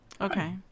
Okay